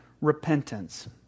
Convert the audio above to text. repentance